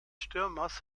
stürmers